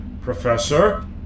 Professor